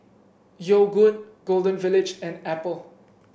Yogood Golden Village and Apple